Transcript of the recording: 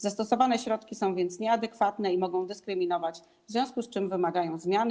Zastosowane środki są więc nieadekwatne i mogą dyskryminować, w związku z czym wymagają zmiany.